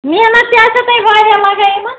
محنت تہِ آسوٕ تۄہہِ واریاہ لگان یِمن